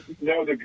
no